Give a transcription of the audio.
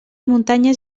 muntanyes